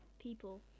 people